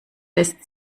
lässt